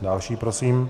Další prosím.